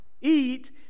eat